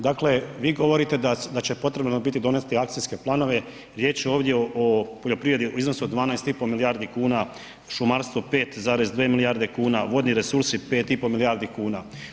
Dakle, vi govorite da će potrebno biti donijeti akcijske planove, riječ je ovdje o poljoprivredi u iznosu od 12,5 milijardi kuna, šumarstvo 5,2 milijarde kuna, vodni resursi 5,5 milijardi kuna.